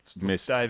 missed